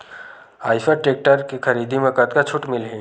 Eicher tractor के खरीदी म कतका छूट मिलही?